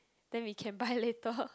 then we can buy later